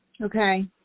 Okay